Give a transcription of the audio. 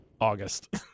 August